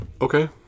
Okay